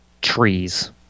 trees